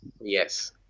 Yes